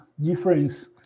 difference